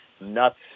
nuts